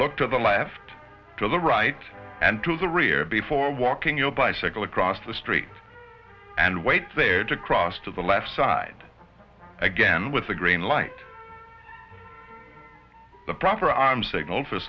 look to the left to the right and to the rear before walking your bicycle across the street and wait there to cross to the left side again with the green light the proper arm signal for